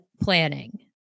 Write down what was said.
planning